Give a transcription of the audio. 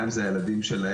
גם אם זה הילדים שלהם,